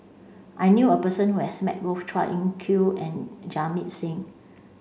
I knew a person who has met both Chua Kim Yeow and Jamit Singh